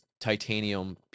titanium